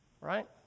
Right